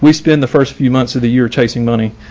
we spend the first few months of the year chasing money.